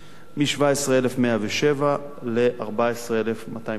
מ-17,107 ל-14,235,